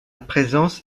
présence